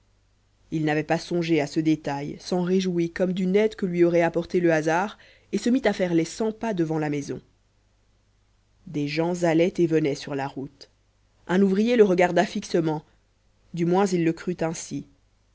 il n'avait pas songé à ce détail s'en réjouit comme d'une aide que lui aurait apportée le hasard et se mit à faire les cent pas devant la maison des gens allaient et venaient sur la route un ouvrier le regarda fixement du moins il le crut ainsi